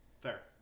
Fair